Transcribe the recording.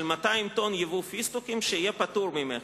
200 טונות יבוא פיסטוקים שיהיה פטור ממכס.